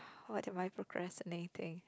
what am I procrastinating